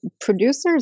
Producers